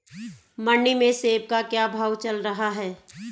मंडी में सेब का क्या भाव चल रहा है?